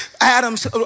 Adam's